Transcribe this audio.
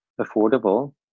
affordable